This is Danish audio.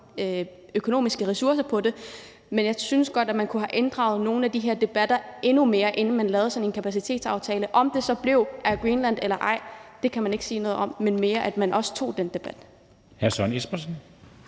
økonomiske ressourcer på det. Men jeg synes godt, at man kunne have inddraget nogle af de her debatter endnu mere, inden man lavede sådan en kapacitetsaftale, og om det så blev Air Greenland eller ej, kan man ikke sige noget om, men det er mere det, at man også tog den debat.